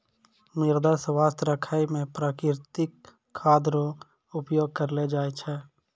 मृदा स्वास्थ्य राखै मे प्रकृतिक खाद रो उपयोग करलो जाय छै